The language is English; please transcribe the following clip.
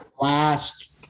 last